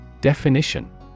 Definition